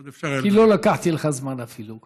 עוד אפשר היה, כי לא לקחתי לך זמן אפילו.